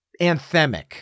anthemic